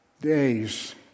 days